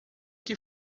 que